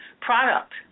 product